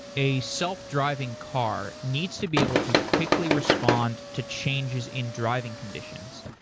a self-driving car needs to be able to quickly respond to changes in driving conditions.